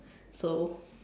so